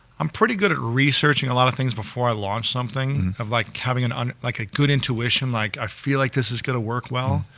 um pretty good at researching a lot of things before i launched something, of like having an like a good intuition, like i feel like this is going to work well.